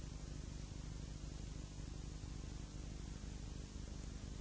Hvala vam